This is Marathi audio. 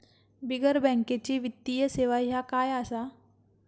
बिगर बँकेची वित्तीय सेवा ह्या काय असा?